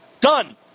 Done